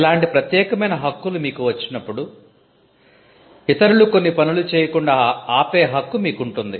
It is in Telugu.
ఇలాంటి ప్రత్యేకమైన హక్కులు మీకు వచ్చినప్పుడు ఇతరులు కొన్ని పనులు చేయకుండా ఆపే హక్కు మీకుంటుంది